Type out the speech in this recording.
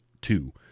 two